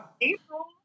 April